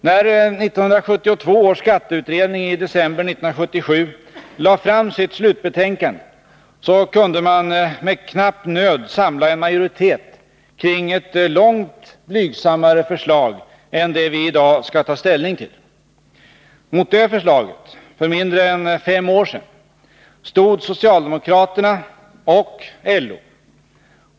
När 1972 års skatteutredning i december 1977 lade fram sitt slutbetänkande, kunde man med knapp nöd samla en majoritet kring ett långt blygsammare förslag än det vi i dag skall ta ställning till. Mot det förslaget, för mindre än fem år sedan, stod socialdemokraterna och LO.